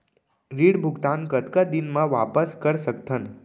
ऋण भुगतान कतका दिन म वापस कर सकथन?